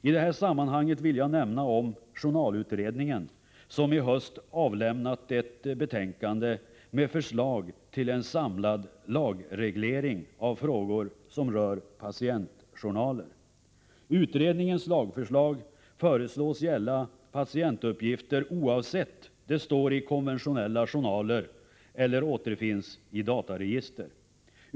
I det här sammanhanget vill jag nämna om journalutredningen, som i höst avlämnat ett betänkande med förslag till en samlad lagreglering av frågor som rör patientjournaler. Utredningens lagförslag föreslås gälla patientuppgifter oavsett om de står i konventionella journaler eller återfinns i ett dataregister.